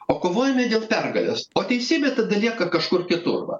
o kovojame dėl pergalės o teisybė tada lieka kažkur kitur va